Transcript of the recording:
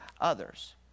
others